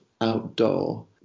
outdoor